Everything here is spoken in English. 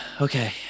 okay